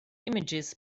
images